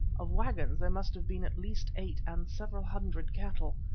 of waggons there must have been at least eight, and several hundred cattle.